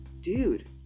dude